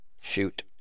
Shoot